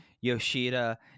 yoshida